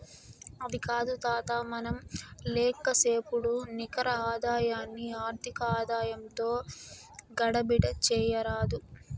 అది కాదు తాతా, మనం లేక్కసేపుడు నికర ఆదాయాన్ని ఆర్థిక ఆదాయంతో గడబిడ చేయరాదు